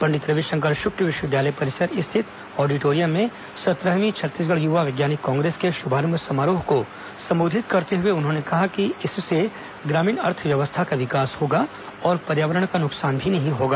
पंडित रविशंकर शुक्ल विश्वविद्यालय परिसर स्थित ऑडिटोरियम में सत्रहवीं छत्तीसगढ़ युवा वैज्ञानिक कांग्रेस के शुभारंभ समारोह को संबोधित करते हए कहा कि इससे ग्रामीण अर्थव्यवस्था का विकास होगा और पर्यावरण का नुकसान भी नहीं होगा